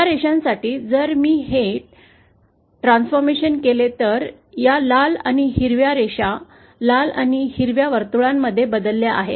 या रेषांसाठी जर मी हे परिवर्तन केले तर या लाल आणि हिरव्या रेषा वर्तुळांमध्ये लाल आणि या हिरव्या रंगात बदलल्या आहेत